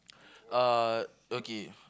uh okay